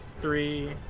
three